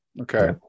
okay